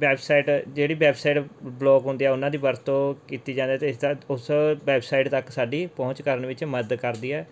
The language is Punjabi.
ਵੈਬਸਾਈਟ ਜਿਹੜੀ ਵੈਬਸਾਈਟ ਬਲੋਕ ਹੁੰਦੀ ਹੈ ਉਹਨਾਂ ਦੀ ਵਰਤੋਂ ਕੀਤੀ ਜਾਂਦੀ ਅਤੇ ਇਸ ਤਰ੍ਹਾਂ ਉਸ ਵੈਬਸਾਈਟ ਤੱਕ ਸਾਡੀ ਪਹੁੰਚ ਕਰਨ ਵਿੱਚ ਮਦਦ ਕਰਦੀ ਹੈ